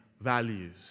values